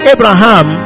Abraham